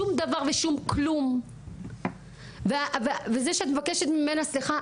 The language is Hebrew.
שום דבר ושום כלום וזה שאת מבקשת ממנה סליחה,